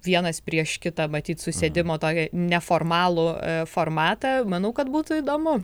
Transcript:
vienas prieš kitą matyt susėdimo tokį neformalų formatą manau kad būtų įdomu